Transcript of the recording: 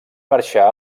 marxà